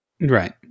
Right